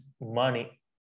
money